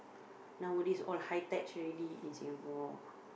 nowadays all high techs already in Singapore